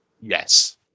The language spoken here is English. Yes